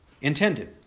intended